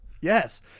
Yes